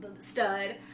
stud